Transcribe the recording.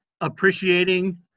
appreciating